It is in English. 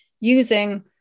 using